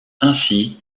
ainsi